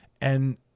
And-